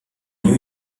lieu